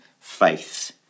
faith